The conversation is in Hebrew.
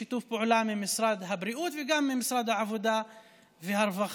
שיתוף פעולה ממשרד הבריאות וגם ממשרד העבודה והרווחה,